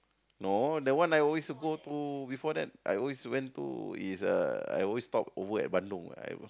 no that one I always go to before that I always went to is uh I always stop over at Bandung I will